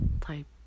type